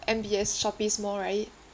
M_B_S shoppes mall right